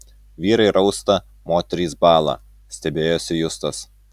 vyrai rausta moterys bąla stebėjosi justas